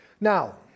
now